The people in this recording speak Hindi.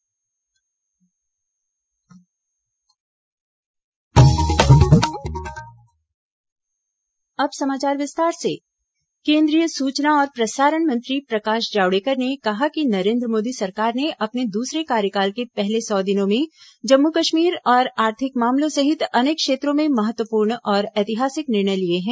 जावड़ेकर सौ दिन केंद्रीय सूचना और प्रसारण मंत्री प्रकाश जावड़ेकर ने कहा कि नरेन्द्र मोदी सरकार ने अपने दूसरे कार्यकाल के पहले सौ दिनों में जम्मू कश्मीर और आर्थिक मामलों सहित अनेक क्षेत्रों में महत्वपूर्ण और ऐतिहासिक निर्णय लिए हैं